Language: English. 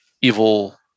evil